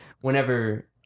whenever